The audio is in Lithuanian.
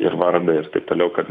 ir vardą ir taip toliau kad